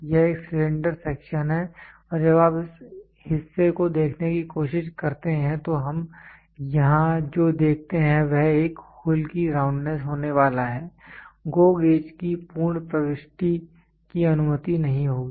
यह एक cylinder section है और जब आप इस हिस्से को देखने की कोशिश करते हैं तो हम यहाँ जो देखते हैं वह एक होल की राउंडनेस होने वाला है GO गेज की पूर्ण प्रविष्टि की अनुमति नहीं होगी